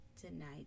tonight